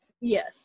Yes